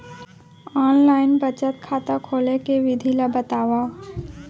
Online बचत खाता खोले के विधि ला बतावव?